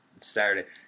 Saturday